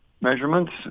measurements